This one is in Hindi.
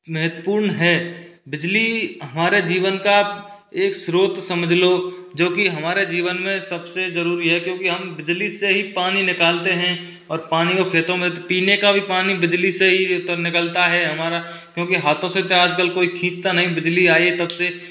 महत्वपूर्ण है बिजली हमारे जीवन का एक स्त्रोत समझ लो जो की हमारे जीवन मे सबसे ज़रूरी है क्योंकि हम बिजली से ही पानी निकालते है और पानी को खेतों में पीने का भी पानी बिजली से ही तो निकलता है हमारा क्योंकि हाथों से से तो आजकल कोई खींचता नही बिजली आई है तबसे